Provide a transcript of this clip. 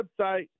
website